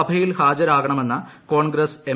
സഭയിൽ ഹാജരാകണമെന്ന് കോൺഗ്രസ്സ് എം